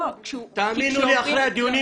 אבל תן לי להסביר.